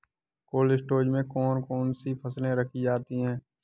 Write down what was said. Cold storage में कौन कौन सी फसलें रखी जाती हैं?